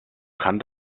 kann